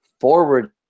forward